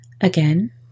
Again